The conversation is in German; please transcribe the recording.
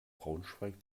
braunschweig